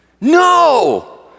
No